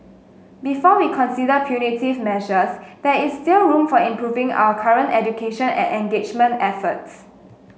before we consider punitive measures there is still room for improving our current education and engagement efforts